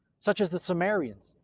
such as the sumerians,